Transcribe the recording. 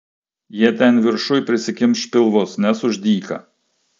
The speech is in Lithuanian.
jie ten viršuj prisikimš pilvus nes už dyka